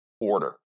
order